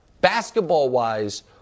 basketball-wise